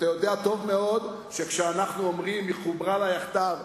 אתה יודע טוב מאוד שכשאנחנו אומרים "חוברה לה יחדיו",